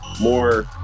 more